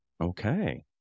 Okay